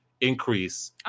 increase